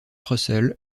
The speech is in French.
russell